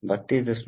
बस एक पल